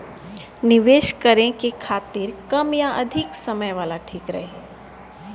निवेश करें के खातिर कम या अधिक समय वाला ठीक रही?